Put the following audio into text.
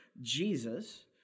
Jesus